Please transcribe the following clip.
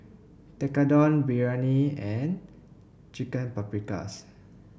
Tekkadon Biryani and Chicken Paprikas